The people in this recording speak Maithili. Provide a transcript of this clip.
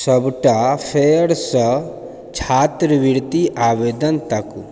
सबटा फेरसँ छात्रवृत्ति आवेदन ताकू